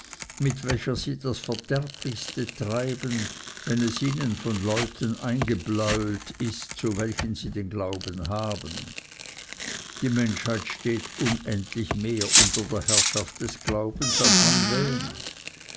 mit welcher sie das verderblichste treiben wenn es ihnen von leuten eingebläuelt ist zu welchen sie den glauben haben die menschheit steht unendlich mehr unter der herrschaft des glaubens als man wähnt